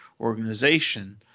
organization